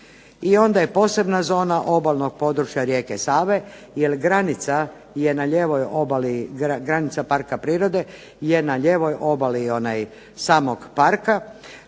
I onda je posebna zona obalnog područja rijeke Save, jer granica je na lijevoj obali, granica Parka